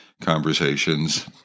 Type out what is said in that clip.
conversations